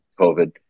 COVID